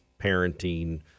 parenting